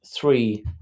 three